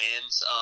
wins